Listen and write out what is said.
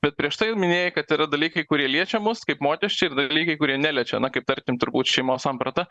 bet prieš tai minėjai kad yra dalykai kurie liečia mus kaip mokesčiai ir dalykai kurie neliečia na kaip tarkim turbūt šeimos samprata